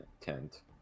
tent